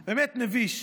באמת מביש.